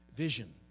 vision